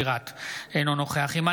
אינו נוכח יאסר חוג'יראת,